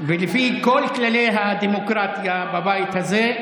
לפי כל כללי הדמוקרטיה בבית הזה,